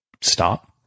stop